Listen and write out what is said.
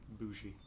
bougie